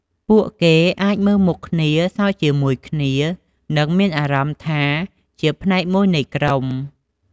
ពួកគេអាចមើលមុខគ្នា សើចជាមួយគ្នា និងមានអារម្មណ៍ថាជាផ្នែកមួយនៃក្រុម។